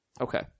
Okay